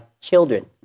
children